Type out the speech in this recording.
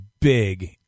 big